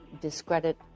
discredit